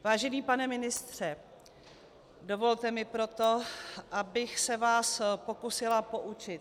Vážený pane ministře, dovolte mi proto, abych se vás pokusila poučit.